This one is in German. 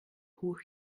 hoch